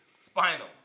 Spinal